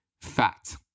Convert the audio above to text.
Fat